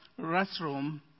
restroom